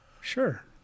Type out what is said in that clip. Sure